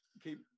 keep